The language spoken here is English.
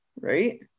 right